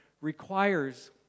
requires